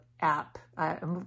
app